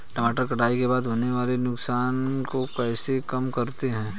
टमाटर कटाई के बाद होने वाले नुकसान को कैसे कम करते हैं?